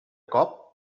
cop